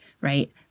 right